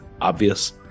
obvious